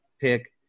pick